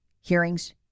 hearings